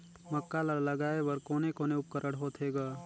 मक्का ला लगाय बर कोने कोने उपकरण होथे ग?